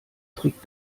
trick